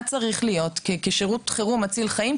מה צריך להיות כשירות חירום מציל חיים,